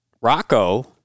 Rocco